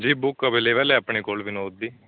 ਜੀ book available ਹੈ ਆਪਣੇ ਕੋਲ ਵਿਨੋਦ ਦੀ